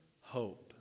hope